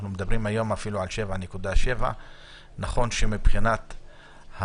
אנחנו מדברים היום אפילו על 7.7%. נכון שמבחינת הסך-הכול,